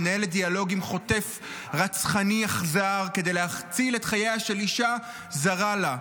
מנהלת דיאלוג עם חוטף רצחני אכזר כדי להציל את חייה של אישה זרה לה,